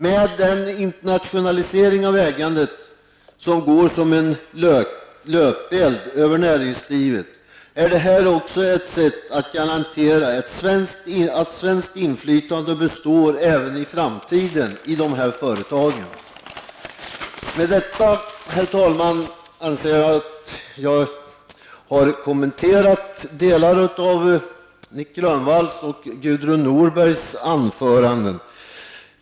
Med den internationalisering av ägandet som går som en löpeld över näringslivet är det här också ett sätt att garantera att svenskt inflytande i de företagen består även i framtiden. Med detta, herr talman, anser jag att jag har kommenterat delar av Nic Grönvalls och Gudrun Norbergs anföranden.